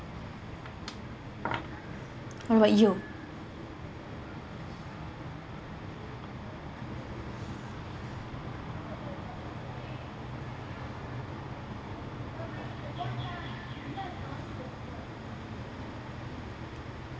what about you